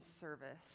service